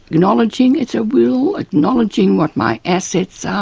acknowledging it's a will, acknowledging what my assets are,